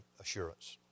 assurance